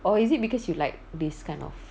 or is it because you like this kind of